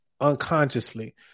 unconsciously